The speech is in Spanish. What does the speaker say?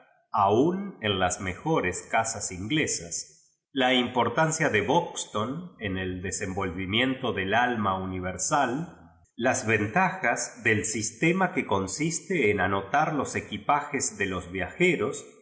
aun en las mejores casas inglesas la importancia de hoz ton en el desenvolvimiento dh alma universal las ventajas del materna que eoiisiste cu anotar jos equipajes de los viaje